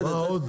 מה עוד?